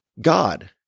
God